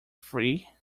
free